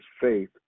faith